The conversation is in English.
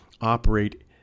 operate